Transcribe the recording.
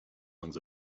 lungs